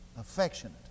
Affectionate